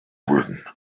him